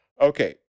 Okay